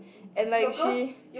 and like she